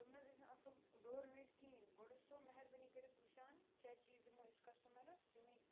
تٕم نہ حظ ٲسۍ نہٕ اَصٕل ڈورمیٹ کِہیٖنۍ گۄڈٕ ٲسۍتو مہربٲنی کٔرِتھ وٕچھان کیٛاہ چیٖز دِمو أسۍ کَسٹمرَس تَمے